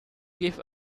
give